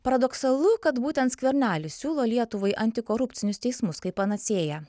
paradoksalu kad būtent skvernelis siūlo lietuvai antikorupcinius teismus kaip panacėja